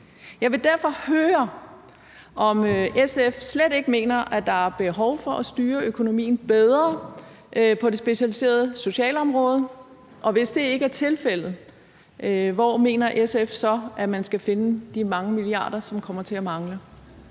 Jeg vil derfor høre, om SF slet ikke mener, at der er behov for at styre økonomien bedre på det specialiserede socialområde, og hvor SF, hvis det ikke er tilfældet, så mener at man skal finde de mange milliarder kroner, som kommer til at mangle.